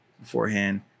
beforehand